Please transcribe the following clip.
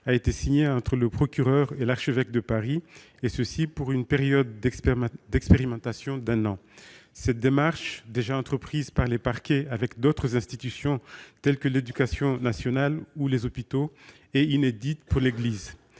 a été signé entre le procureur et l'archevêque de Paris, et ce pour une période d'expérimentation d'un an. Cette démarche, déjà entreprise par les parquets avec d'autres institutions telles que l'éducation nationale ou les hôpitaux, est inédite pour l'Église.